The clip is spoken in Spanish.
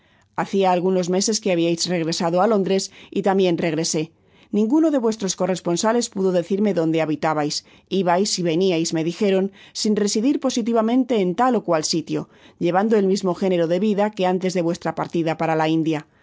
hacia algunos meses que habiais regresado á londres y tambien regresé ninguno de vuestros corresponsales pudo decirme donde habitabais ibais y veniaisme dijeron sin residir po sitivamente en tal ó cual sitio llevando el mismo género de vida que antes de vuestra partida para la india